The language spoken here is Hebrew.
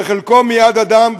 שחלקו מיד אדם,